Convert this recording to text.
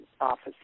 office